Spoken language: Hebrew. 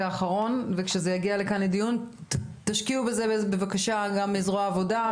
האחרון וכשזה יגיע לכאן לדיון תשקיעו בזה בבקשה גם זרוע העבודה,